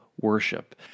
worship